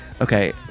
Okay